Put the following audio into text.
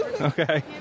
Okay